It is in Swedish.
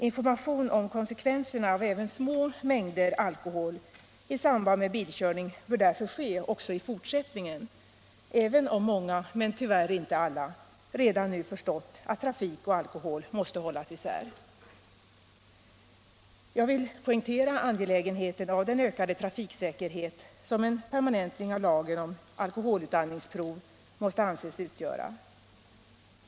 Information om konsekvenserna av även små mängder alkohol i samband med bilkörning bör därför meddelas också i fortsättningen även om många, men tyvärr inte alla, redan nu förstått att trafik och alkohol måste hållas isär. Jag vill poängtera angelägenheten av den ökade trafiksäkerhet som 87 prov en permanentning av lagen om alkoholutandningsprov måste anses utgöra.